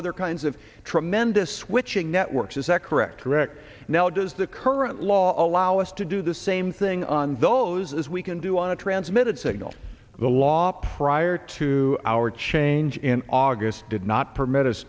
other kinds of tremendous switching networks is that correct correct now does the current law allow us to do the same thing on those as we can do on a transmitted signal the law prior to our change in august did not permit